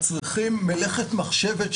צר לי לומר לחברי הקואליציה,